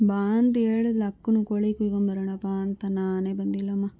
ಬಾ ಅಂಥೇಳಿದ್ಲು ಅಕ್ಕನೂ ಕೋಳಿ ಕುಯ್ಕೊಂಡು ಬರೋಣಾ ಬಾ ಅಂತ ನಾನೇ ಬಂದಿಲ್ಲಮ್ಮ